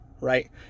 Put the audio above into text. right